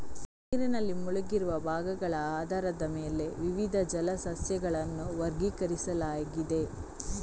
ನೀರಿನಲ್ಲಿ ಮುಳುಗಿರುವ ಭಾಗಗಳ ಆಧಾರದ ಮೇಲೆ ವಿವಿಧ ಜಲ ಸಸ್ಯಗಳನ್ನು ವರ್ಗೀಕರಿಸಲಾಗಿದೆ